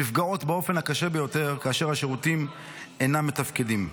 נפגעות באופן הקשה ביותר כאשר השירותים אינם מתפקדים.